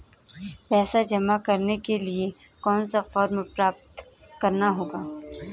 पैसा जमा करने के लिए कौन सा फॉर्म प्राप्त करना होगा?